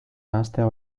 nahastea